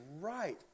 right